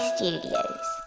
Studios